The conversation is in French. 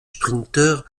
sprinteur